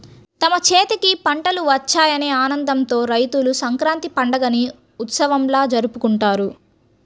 తమ చేతికి పంటలు వచ్చాయనే ఆనందంతో రైతులు సంక్రాంతి పండుగని ఉత్సవంలా జరుపుకుంటారు